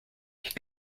ich